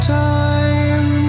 time